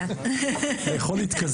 אני רוצה לתת